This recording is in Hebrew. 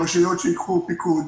שהרשויות ייקחו פיקוד.